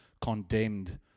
condemned